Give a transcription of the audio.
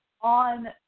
on